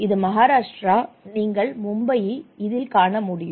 இது மகாராஷ்டிரா நீங்கள் மும்பையைப் இதில் காண முடியும்